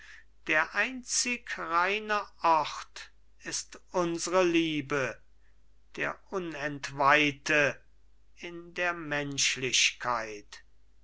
der einzig reine ort ist unsre liebe der unentweihte in der menschlichkeit